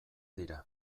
dira